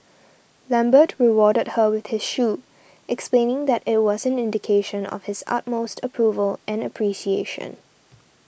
Lambert rewarded her with his shoe explaining that it was an indication of his utmost approval and appreciation